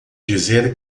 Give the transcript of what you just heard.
dizer